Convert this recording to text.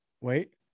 Wait